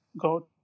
go